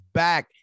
back